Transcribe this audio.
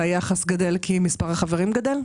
היחס גדל כי מספר החברים גדל?